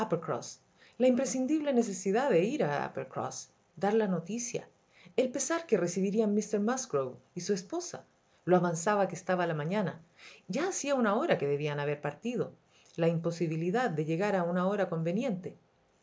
la imprescindible necesidad de ir a uppercroüs dar la noticia el pesar que recibirían míster musgrove y su esposa lo avanzada que estaba la mañana ya hacía una hora que debían haber partido la imposibilidad de llegar a una hora conveniente al